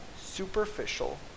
superficial